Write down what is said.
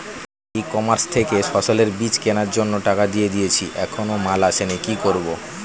ই commerce থেকে ফসলের বীজ কেনার জন্য টাকা দিয়ে দিয়েছি এখনো মাল আসেনি কি করব?